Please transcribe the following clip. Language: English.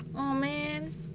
oh man